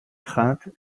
crainte